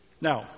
Now